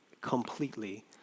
completely